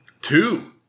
Two